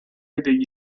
degli